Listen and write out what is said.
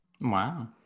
wow